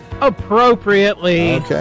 appropriately